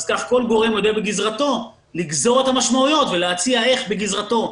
כל גורם יודע בגזרתו לגזור את המשמעויות ולהציע איך בגזרתו,